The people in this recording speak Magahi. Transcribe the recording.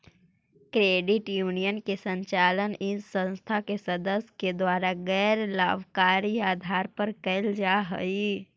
क्रेडिट यूनियन के संचालन इस संस्था के सदस्य के द्वारा गैर लाभकारी आधार पर कैल जा हइ